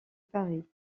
paris